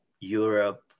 europe